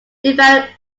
develop